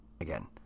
Again